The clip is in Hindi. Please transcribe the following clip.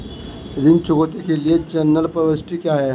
ऋण चुकौती के लिए जनरल प्रविष्टि क्या है?